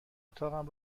اتاقم